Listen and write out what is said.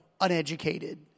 uneducated